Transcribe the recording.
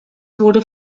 wurde